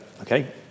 Okay